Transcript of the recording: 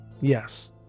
Yes